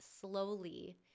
slowly